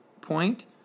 point